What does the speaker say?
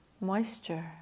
moisture